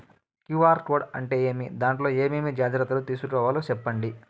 QR code అంటే ఏమి? దాంట్లో ఏ ఏమేమి జాగ్రత్తలు తీసుకోవాలో సెప్పండి?